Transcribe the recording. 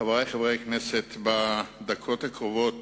חברי חברי הכנסת, בדקות הקרובות